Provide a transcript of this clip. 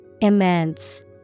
immense